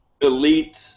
elite